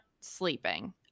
sleeping